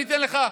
אני אתן לך,